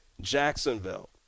Jacksonville